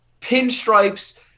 pinstripes